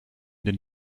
den